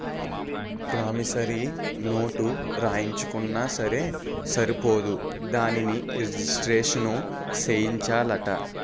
promissory note రాయించుకున్నా సరే సరిపోదు దానిని రిజిస్ట్రేషను సేయించాలట